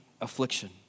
affliction